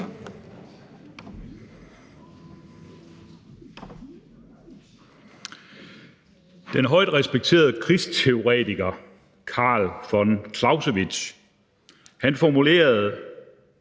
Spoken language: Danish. Den højt respekterede krigsteoretiker Carl von Clausewitz formulerede